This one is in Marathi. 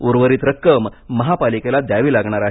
उर्वरीत रक्कम महापालिकेला द्यावी लागणार आहे